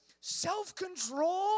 self-control